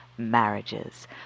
marriages